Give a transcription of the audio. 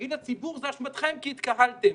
ולהגיד לציבור זו אשמתכם כי התקהלתם.